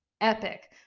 epic